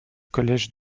collège